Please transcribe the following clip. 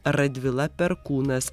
radvila perkūnas